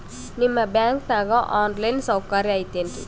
ನಿಮ್ಮ ಬ್ಯಾಂಕನಾಗ online ಸೌಕರ್ಯ ಐತೇನ್ರಿ?